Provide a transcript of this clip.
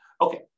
Okay